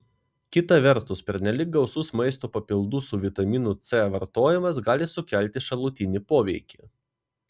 kita vertus pernelyg gausus maisto papildų su vitaminu c vartojimas gali sukelti šalutinį poveikį